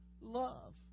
love